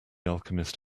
alchemist